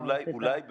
אולי,